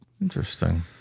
Interesting